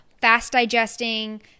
fast-digesting